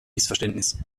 missverständnis